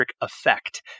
effect